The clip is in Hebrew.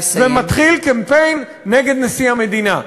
ומתחיל קמפיין נגד נשיא המדינה.